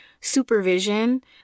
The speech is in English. supervision